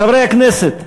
חברי הכנסת,